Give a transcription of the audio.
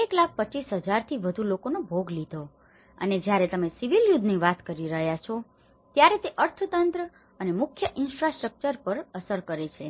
125000 થી વધુ લોકોનો ભોગ લીધો છે અને જયારે તમે સિવિલ યુદ્ધની વાત કરી રહ્યા છો ત્યારે તે અર્થતંત્ર અને મુખ્ય ઈન્ફ્રાસ્ટ્રક્ચર પર અસર કરે છે